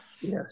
Yes